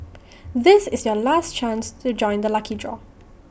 this is your last chance to join the lucky draw